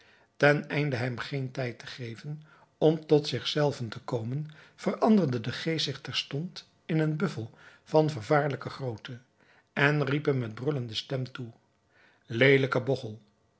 ten einde hem geen tijd te geven om tot zich zelven te komen veranderde de geest zich terstond in een buffel van vervaarlijke grootte en riep hem met brullende stem toe leelijke bogchel